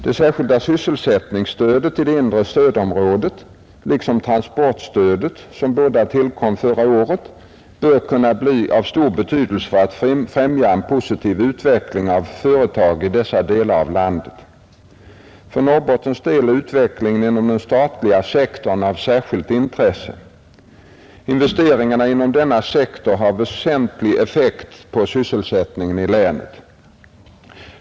Det särskilda sysselsättningsstödet i det inre stödområdet, liksom transportstödet, som båda tillkom förra året, bör kunna bli av stor betydelse för att främja en positiv utveckling av företag i dessa delar av landet. För Norrbottens del är utvecklingen inom den statliga sektorn av särskilt intresse. Investeringarna inom denna sektor har väsentlig effekt på sysselsättningen i länet.